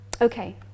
okay